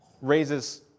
raises